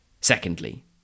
Secondly